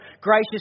gracious